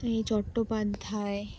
এই চট্টোপাধ্যায়